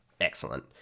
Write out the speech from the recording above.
excellent